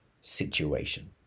situation